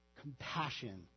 compassion